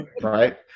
right